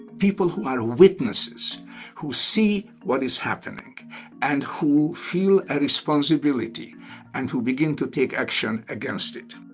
people who are witnesses who see what is happening and who feel a responsibility and who begin to take action against it.